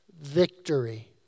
victory